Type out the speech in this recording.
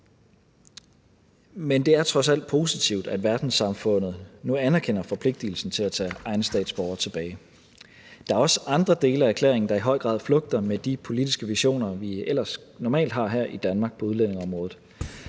men det er trods alt positivt, at verdenssamfundet nu anerkender forpligtelsen til at tage egne statsborgere tilbage. Kl. 14:03 Der er også andre dele af erklæringen, der i høj grad flugter med de politiske visioner, vi ellers normalt har her i Danmark på udlændingeområdet.